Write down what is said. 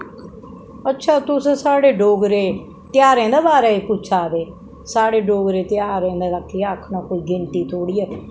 अच्छा तुस साढ़े डोगरे तेहारें दे बारे च पुच्छै दे साढ़े डोगरे तेहारे दा केह् आखना कोई गिनती थोह्ड़ी ऐ